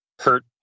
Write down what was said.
hurt